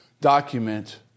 document